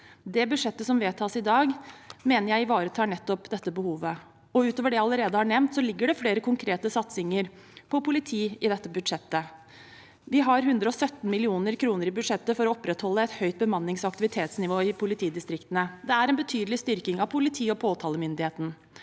Det budsjettet som vedtas i dag, mener jeg ivaretar nettopp dette behovet. Utover det jeg allerede har nevnt, ligger det flere konkrete satsinger på politi i dette budsjettet. Vi har 117 mill. kr i budsjettet for å opprettholde et høyt bemannings- og aktivitetsnivå i politidistriktene. Det er en betydelig styrking av politiet og påtalemyndigheten,